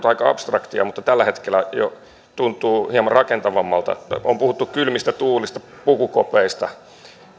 aika abstraktia mutta tällä hetkellä jo tuntuu hieman rakentavammalta on puhuttu kylmistä tuulista pukukopeista